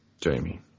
Jamie